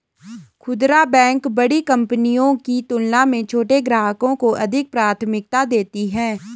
खूदरा बैंक बड़ी कंपनियों की तुलना में छोटे ग्राहकों को अधिक प्राथमिकता देती हैं